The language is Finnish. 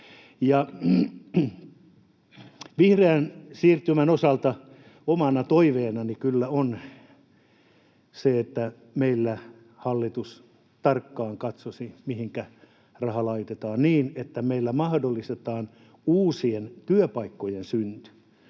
Vihreän siirtymän osalta omana toiveenani kyllä on se, että meillä hallitus tarkkaan katsoisi, mihinkä raha laitetaan niin, että meillä mahdollistetaan uusien työpaikkojen synty.